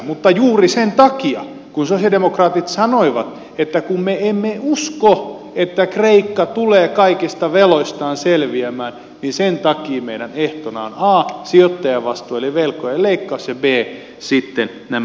mutta juuri sen takia kun sosialidemokraatit sanoivat että me emme usko että kreikka tulee kaikista veloistaan selviämään meidän ehtonamme on a sijoittajavastuu eli velkojen leikkaus ja b nämä vakuudet